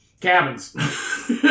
cabins